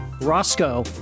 Roscoe